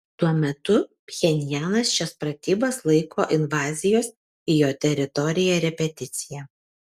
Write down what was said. tuo metu pchenjanas šias pratybas laiko invazijos į jo teritoriją repeticija